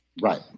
Right